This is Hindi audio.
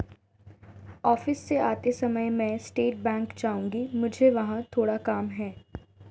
ऑफिस से आते समय मैं स्टेट बैंक जाऊँगी, मुझे वहाँ थोड़ा काम है